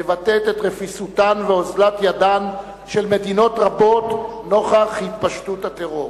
מבטאת את רפיסותן ואוזלת-ידן של מדינות רבות נוכח התפשטות הטרור.